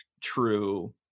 true